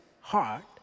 heart